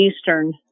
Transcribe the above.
Eastern